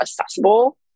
accessible